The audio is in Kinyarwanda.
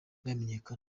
ntiramenyekana